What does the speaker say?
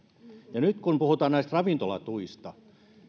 ja nyt kun puhutaan näistä ravintolatuista